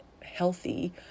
healthy